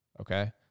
Okay